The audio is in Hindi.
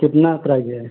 कितना प्राइज है